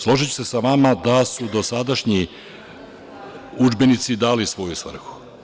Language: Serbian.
Složiću se sa vama da su dosadašnji udžbenici dali svoju svrhu.